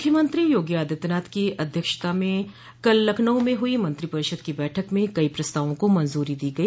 मुख्यमंत्री योगी आदित्यनाथ की अध्यक्षता में कल लखनऊ में हुई मंत्रिपरिषद की बैठक में कई प्रस्तावों को मंजूरी दी गई